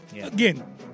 again